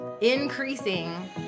increasing